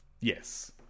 Yes